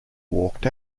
walked